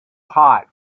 hot